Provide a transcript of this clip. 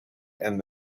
and